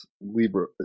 Libra